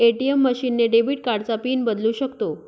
ATM machine ने debit कार्डचा PIN बदलू शकतो